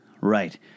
Right